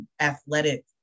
athletic